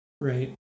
Right